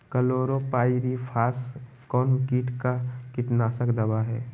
Chlorpyrifos कौन किट का कीटनाशक दवा है?